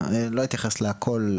לא אתייחס להכל,